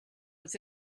was